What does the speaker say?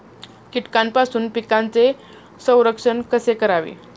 कीटकांपासून पिकांचे संरक्षण कसे करावे?